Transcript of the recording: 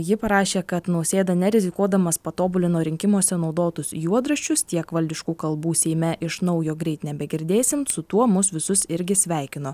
ji parašė kad nausėda nerizikuodamas patobulino rinkimuose naudotus juodraščius tiek valdiškų kalbų seime iš naujo greit nebegirdėsim su tuo mus visus irgi sveikino